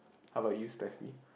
how about you Steffie